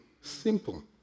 Simple